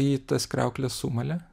ji tas kriaukles sumalė